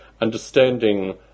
understanding